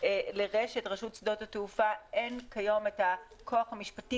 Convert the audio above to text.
לרש"ת רשות שדות התעופה אין כיום כוח משפטי